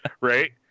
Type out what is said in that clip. right